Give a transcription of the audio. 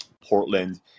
portland